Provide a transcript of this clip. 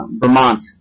Vermont